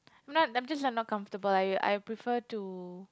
not I'm just not not comfortable like I prefer to